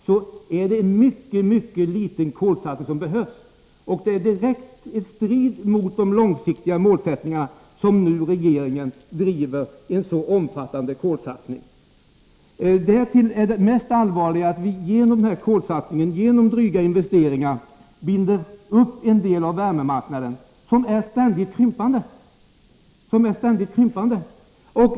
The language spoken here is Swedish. Så det är en mycket liten kolsatsning som behövs. Det är direkt i strid mot de långsiktiga målen som nu regeringen driver igenom en så omfattande kolsatsning. Det mest allvarliga är att vi genom den här kolsatsningen och dryga investeringar binder upp en del av värmemarknaden, som är ständigt krympande.